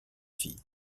fille